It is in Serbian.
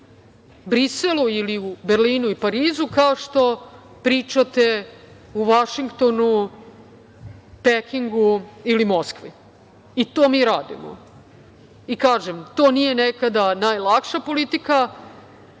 u Briselu, Berlinu i Parizu, kao što pričate u Vašingtonu, Pekingu ili Moskvi i mi to radimo. Kažem, to nije nekada najlakša politika,